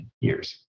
years